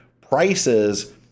prices